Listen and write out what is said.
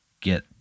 get